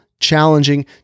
challenging